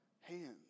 hands